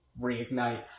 reignites